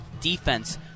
defense